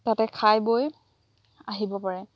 তাতে খাই বৈ আহিব পাৰে